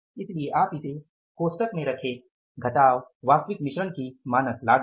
इसलिए आप इसे कोष्ठक में रखे घटाव वास्तविक मिश्रण की मानक लागत